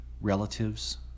relatives